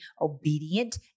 obedient